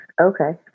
Okay